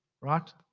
Right